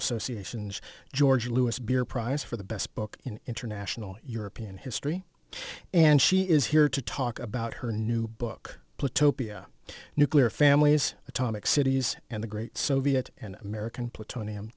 associations george louis beer prize for the best book in international european history and she is here to talk about her new book put topia nuclear families atomic cities and the great soviet and american plutonium